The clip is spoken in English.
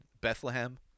Bethlehem